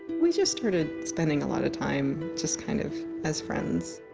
we just started spending a lot of time, just kind of as friends,